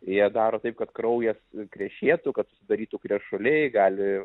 jie daro taip kad kraujas krešėtų kad susidarytų krešuliai gali